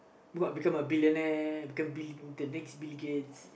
what become a billionaire become the next Bill-Gates